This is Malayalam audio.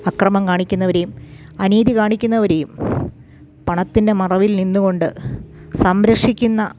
അക്രമം കാണിക്കുന്നവരെയും അനീതി കാണിക്കുന്നവരെയും പണത്തിൻ്റെ മറവിൽ നിന്നു കൊണ്ട് സംരക്ഷിക്കുന്ന